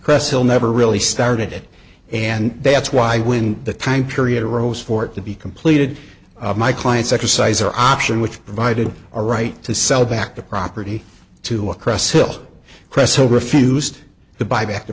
creswell never really started it and that's why when the time period arose for it to be completed my clients exerciser option which provided a right to sell back the property to a crest hill cresswell refused to buy back t